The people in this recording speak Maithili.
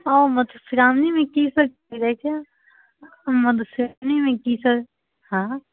ओ मधुश्राओणीमे की सभ करैत छै मधुश्राओणीमे की सभ हँ